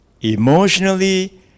emotionally